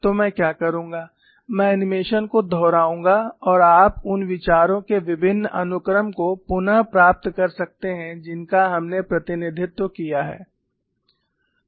तो मैं क्या करूंगा मैं एनीमेशन को दोहराऊंगा और आप उन विचारों के विभिन्न अनुक्रम को पुनः प्राप्त कर सकते हैं जिनका हमने प्रतिनिधित्व किया है